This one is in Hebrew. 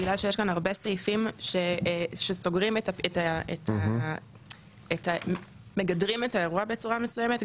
בגלל שיש כאן הרבה סעיפים שמגדרים את האירוע בצורה מסוימת,